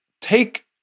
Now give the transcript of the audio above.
take